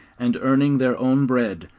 and earning their own bread,